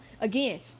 again